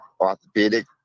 orthopedic